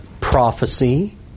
prophecy